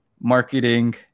marketing